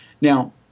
now